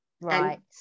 right